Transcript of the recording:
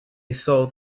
sold